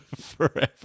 forever